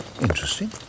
Interesting